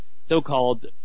so-called